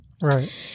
Right